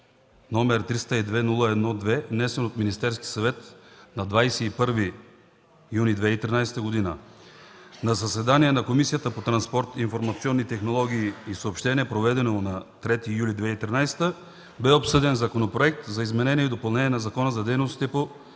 № 302-01-2, внесен от Министерския съвет на 21 юни 2013 г. На заседание на Комисията по транспорт, информационни технологии и съобщения, проведено на 3 юли 2013 г., бе обсъден законопроект за изменение и допълнение на Закона за дейностите по